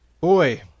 boy